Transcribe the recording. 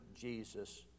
Jesus